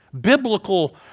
biblical